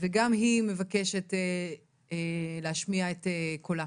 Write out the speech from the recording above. וגם היא מבקשת להשמיע את קולה.